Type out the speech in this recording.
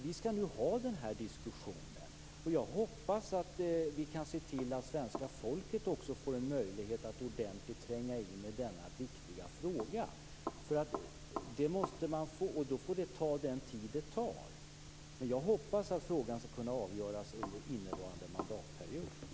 Vi skall nu ha denna diskussion. Jag hoppas att vi kan se till att svenska folket också får en möjlighet att tränga in i denna viktiga fråga. Då får det ta den tid det tar. Jag hoppas att frågan skall kunna avgöras under innevarande mandatperiod.